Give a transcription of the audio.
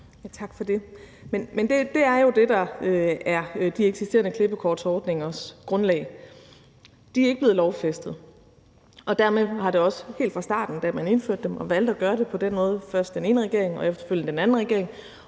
Tak for det. Men det er jo det, der er de eksisterende klippekortordningers grundlag. De er ikke blevet lovfæstet. Helt fra starten da man indførte dem, valgte man at gøre det på den måde, først den ene regering og efterfølgende den anden regering.